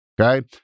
Okay